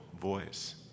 voice